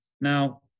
Now